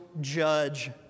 judge